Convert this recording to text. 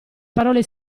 parole